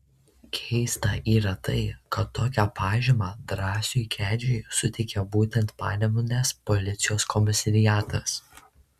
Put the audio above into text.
keista yra tai kad tokią pažymą drąsiui kedžiui suteikė būtent panemunės policijos komisariatas